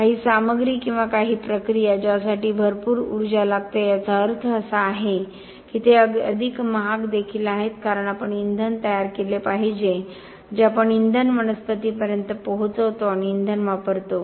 काही सामग्री किंवा काही प्रक्रिया ज्यासाठी भरपूर ऊर्जा लागते याचा अर्थ असा आहे की ते अधिक महाग देखील आहे कारण आपण इंधन तयार केले पाहिजे जे आपण इंधन कारखान्यांपर्यंत पोहोचवतो आणि इंधन वापरतो